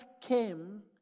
came